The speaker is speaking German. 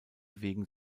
wegen